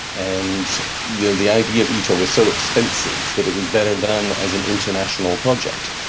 and yeah the idea of iter was so expensive that it was better done as an international project.